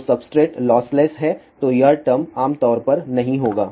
तो substrate lossless है तो यह टर्म आम तौर पर नहीं होगा